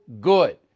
good